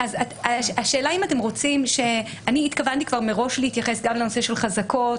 אני התכוונתי כבר מראש להתייחס גם לנושא של חזקות,